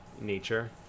nature